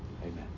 Amen